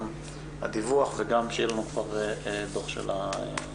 גם הדיווח וגם שיהיה לנו כבר דו"ח של הממ"מ.